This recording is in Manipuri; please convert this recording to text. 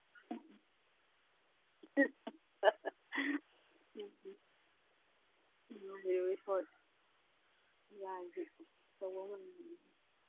ꯍꯣꯏ ꯌꯥꯔꯗꯤ